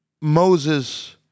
Moses